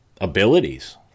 abilities